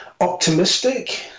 optimistic